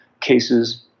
cases